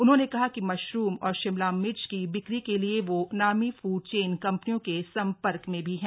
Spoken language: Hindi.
उन्होंने कहा कि मशरूम और शिमला मिर्च की बिक्री के लिए वो नामी फूड चेन कंपनियों के संपर्क में भी हैं